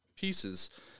pieces